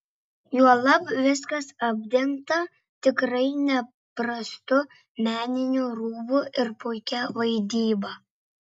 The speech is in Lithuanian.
juolab viskas apdengta tikrai neprastu meniniu rūbu ir puikia vaidyba